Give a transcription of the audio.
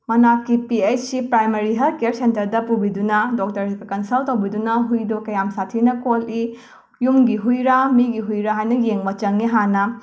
ꯃꯅꯥꯛꯀꯤ P H C primary health care ꯁꯦꯟꯇꯔꯗ ꯄꯨꯕꯤꯗꯨꯅ doctor ꯀ ꯀꯟꯁꯜ ꯇꯧꯕꯤꯗꯨꯅ ꯍꯨꯏꯗꯣ ꯀꯌꯥꯝ ꯁꯥꯊꯤꯅ ꯀꯣꯠꯂꯤ ꯌꯨꯝꯒꯤ ꯍꯨꯏꯔꯥ ꯃꯤꯒꯤ ꯍꯨꯏꯔꯥ ꯍꯥꯏꯅ ꯌꯦꯡꯕ ꯆꯡꯉꯤ ꯍꯥꯟꯅ